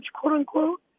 quote-unquote